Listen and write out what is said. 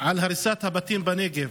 על הריסת הבתים בנגב.